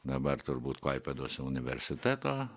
dabar turbūt klaipėdos universiteto